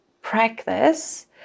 practice